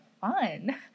fun